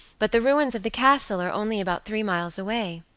but the ruins of the castle are only about three miles away.